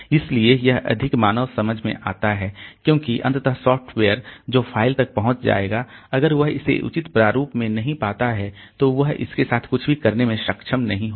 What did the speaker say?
इसलिए यह अधिक मानव समझ में आता है क्योंकि अंततः सॉफ्टवेयर जो फ़ाइल तक पहुंच जाएगा अगर वह इसे उचित प्रारूप में नहीं पाता है तो वह इसके साथ कुछ भी करने में सक्षम नहीं होगा